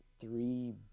three